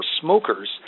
smokers